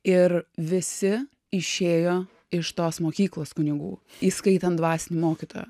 ir visi išėjo iš tos mokyklos kunigų įskaitant dvasinį mokytoją